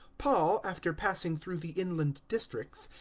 paul, after passing through the inland districts,